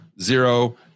zero